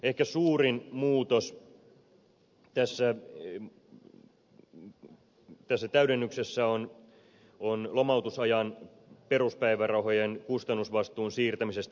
ehkä suurin muutos tässä täydennyksessä on lomautusajan peruspäivärahojen kustannusvastuun siirtäminen valtiolle